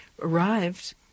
arrived